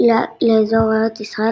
לאזור ארץ ישראל,